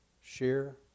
Share